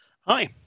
Hi